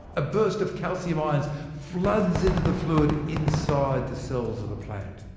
a burst of calcium ions floods into the fluid inside the cells of the plant.